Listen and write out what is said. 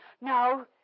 No